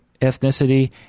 ethnicity